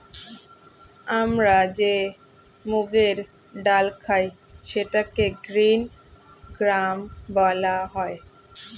আমরা যে মুগের ডাল খাই সেটাকে গ্রীন গ্রাম বলা হয়